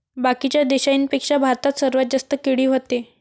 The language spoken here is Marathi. बाकीच्या देशाइंपेक्षा भारतात सर्वात जास्त केळी व्हते